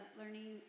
learning